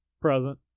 present